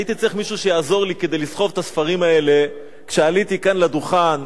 הייתי צריך מישהו שיעזור לי לסחוב את הספרים האלה כשעליתי כאן לדוכן.